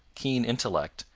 keen intellect,